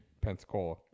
Pensacola